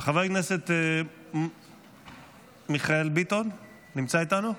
חבר הכנסת מיכאל ביטון נמצא איתנו?